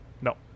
No